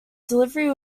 delivery